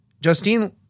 Justine-